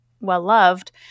well-loved